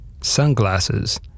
sunglasses